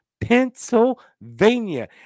pennsylvania